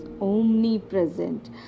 omnipresent